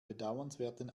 bedauernswerten